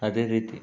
ಅದೇ ರೀತಿ